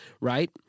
Right